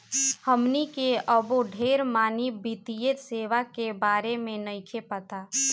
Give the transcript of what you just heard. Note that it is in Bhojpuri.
हमनी के अबो ढेर मनी वित्तीय सेवा के बारे में नइखे पता